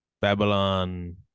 Babylon